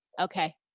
Okay